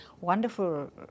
wonderful